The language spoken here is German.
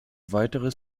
weiteres